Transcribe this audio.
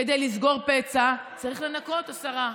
כדי לסגור פצע צריך לנקות, השרה.